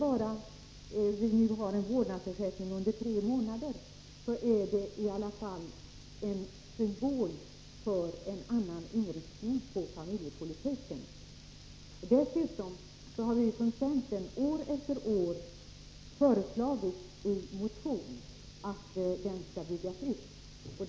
Även om det nu bara utgår vårdnadsersättning under tre månader, är det en symbol för en annan inriktning på familjepolitiken än den som socialdemokraterna står för. Dessutom har vi från centern år efter år i motioner föreslagit att reformen skall byggas ut.